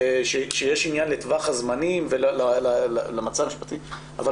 שיש עניין לטווח הזמנים ולמצב המשפטי אבל